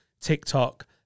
TikTok